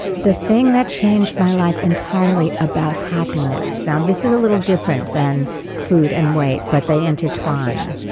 the thing that changed my life entirely about happiness. now, this is a little different than food and weight, but they intertwine.